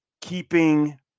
keeping